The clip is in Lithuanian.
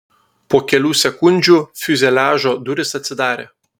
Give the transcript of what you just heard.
po kelių sekundžių fiuzeliažo durys atsidarė